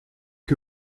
que